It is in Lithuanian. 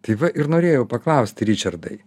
tai va ir norėjau paklausti ričardai